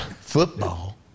Football